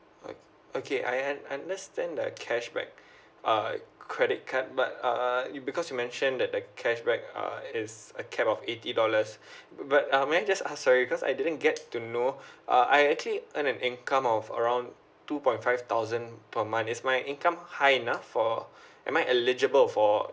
o~ okay I un~ understand the cashback uh credit card but uh it because you mentioned that the cashback uh it's a cap of eighty dollars but um may I just ask sorry cause I didn't get to know uh I actually earn an income of around two point five thousand per month is my income high enough for am I eligible for